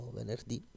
venerdì